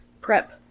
Prep